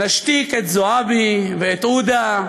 נשתיק את זועבי, ואת עודה,